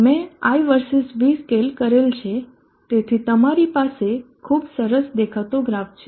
મેં i versus v scale કરેલ છે તેથી તમારી પાસે ખૂબ સરસ દેખાતો ગ્રાફ છે